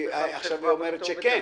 עכשיו היא אומרת שכן.